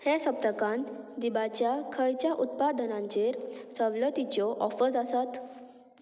हे सप्तकांत दिबाच्या खंयच्या उत्पादनांचेर सवलतीच्यो ऑफर्स आसात